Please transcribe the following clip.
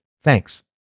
Thanks